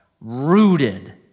rooted